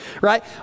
right